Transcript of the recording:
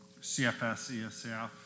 CFS-ESF